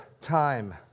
time